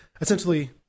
Essentially